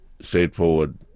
straightforward